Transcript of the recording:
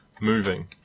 moving